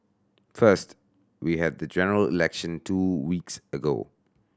first we had the General Election two weeks ago